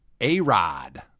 A-Rod